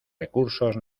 recursos